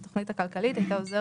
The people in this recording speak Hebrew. בייחוד בתקופה כלכלית קשה.